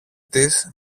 της